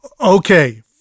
Okay